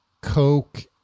Coke